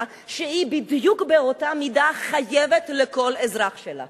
שהיא בדיוק באותה מידה חייבת לכל אזרח שלה.